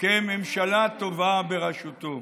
כממשלה טובה בראשותו.